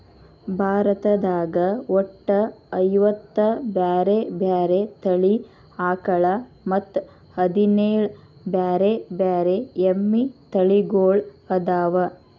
ಭಾರತದಾಗ ಒಟ್ಟ ಐವತ್ತ ಬ್ಯಾರೆ ಬ್ಯಾರೆ ತಳಿ ಆಕಳ ಮತ್ತ್ ಹದಿನೇಳ್ ಬ್ಯಾರೆ ಬ್ಯಾರೆ ಎಮ್ಮಿ ತಳಿಗೊಳ್ಅದಾವ